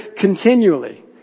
continually